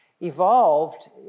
evolved